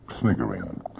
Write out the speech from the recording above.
sniggering